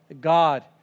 God